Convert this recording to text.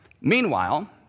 Meanwhile